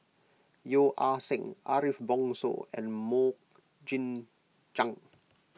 Yeo Ah Seng Ariff Bongso and Mok Jing Jang